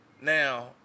Now